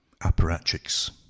apparatchiks